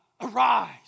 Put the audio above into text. arise